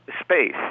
space